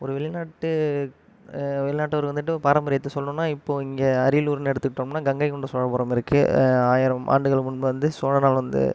ஒரு வெளிநாட்டு வெளிநாட்டவர் வந்துட்டு பாரம்பரியத்தை சொல்லணுன்னா இப்போது இங்கே அரியலூர்னு எடுத்துக்கிட்டோம்னால் கங்கை கொண்ட சோழபுரம் இருக்குது ஆயிரம் ஆண்டுகள் முன்பு வந்து சோழனால் வந்து